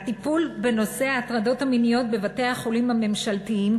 הטיפול בנושא ההטרדות המיניות בבתי-החולים הממשלתיים,